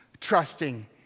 trusting